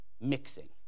mixing